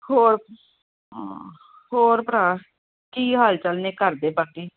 ਹੋਰ ਹੋਰ ਭਰਾ ਕੀ ਹਾਲ ਚਾਲ ਨੇ ਘਰ ਦੇ ਬਾਕੀ